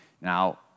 Now